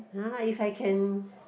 [huh] if I can